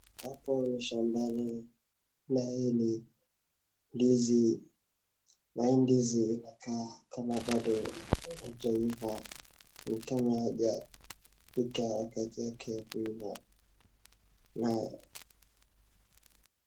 Hapo ni shambani na hii ni ndizi na hii ndizi inakaa kama bado haijaiva ni kama haijafika wakati wake wa kuiva na.